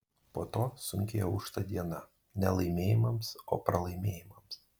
po to sunkiai aušta diena ne laimėjimams o pralaimėjimams